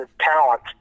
talent